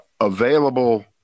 available